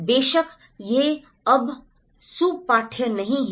बेशक यह अब सुपाठ्य नहीं है